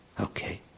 Okay